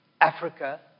Africa